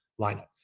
lineup